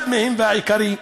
אחד מהם, והעיקרי,